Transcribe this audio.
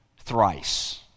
thrice